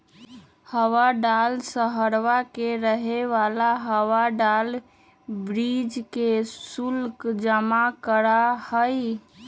हवाड़ा शहरवा के रहे वाला हावड़ा ब्रिज के शुल्क जमा करा हई